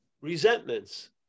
resentments